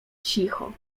cicho